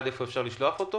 עד היכן אפשר לשלוח אותו?